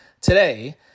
today